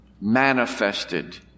manifested